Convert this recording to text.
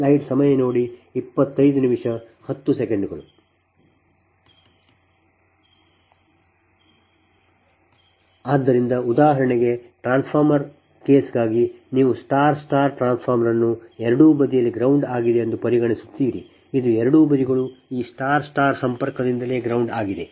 w ಆದ್ದರಿಂದ ಉದಾಹರಣೆಗೆ transformer ಕೇಸ್ಗಾಗಿ ನೀವು ಸ್ಟಾರ್ ಸ್ಟಾರ್ ಟ್ರಾನ್ಸ್ಫಾರ್ಮರ್ ಅನ್ನು ಎರಡೂ ಬದಿಯಲ್ಲಿ ground ಆಗಿದೆ ಎಂದು ಪರಿಗಣಿಸುತ್ತೀರಿ ಇದು ಎರಡೂ ಬದಿಗಳು ಈ ಸ್ಟಾರ್ ಸ್ಟಾರ್ ಸಂಪರ್ಕದಿಂದಲೇ ground ಆಗಿದೆ